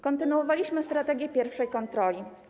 kontynuowaliśmy strategię pierwszej kontroli.